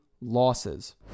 losses